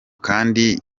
kandi